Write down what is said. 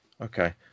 Okay